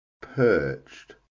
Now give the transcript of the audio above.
perched